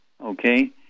Okay